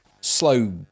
Slow